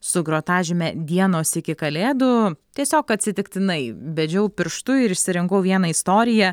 su grotažyme dienos iki kalėdų tiesiog atsitiktinai bedžiau pirštu ir išsirinkau vieną istoriją